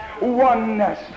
Oneness